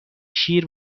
شیر